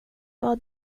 vad